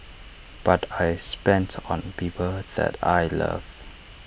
but I spend on people that I love